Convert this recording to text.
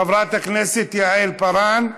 חברת הכנסת יעל כהן-פארן,